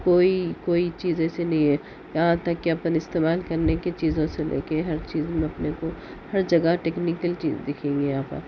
کوئی کوئی چیز ایسی نہیں ہے یہاں تک کہ اپن استعمال کرنے کے چیزوں سے لے کے ہر چیز میں اپنے کو ہر جگہ ٹیکنیکل چیز دکھیں گی یہاں پر